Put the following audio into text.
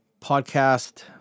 podcast